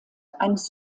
eines